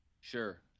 Sure